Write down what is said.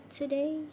today